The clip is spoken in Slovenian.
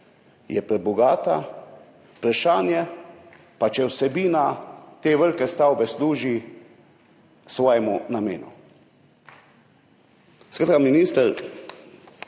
je prebogata, vprašanje pa, če vsebina te velike stavbe služi svojemu namenu.